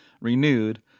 renewed